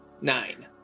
Nine